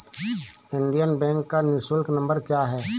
Indian bank का निःशुल्क number क्या है?